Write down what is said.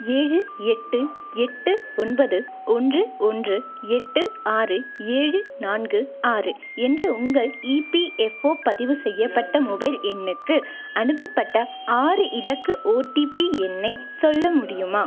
ஏழு எட்டு எட்டு ஒன்பது ஒன்று ஒன்று எட்டு ஆறு ஏழு நான்கு ஆறு என்ற உங்கள் இபிஎஃப்ஒ பதிவு செய்யப்பட்ட மொபைல் எண்ணுக்கு அனுப்பப்பட்ட ஆறு இலக்க ஓடிபி எண்ணை சொல்ல முடியுமா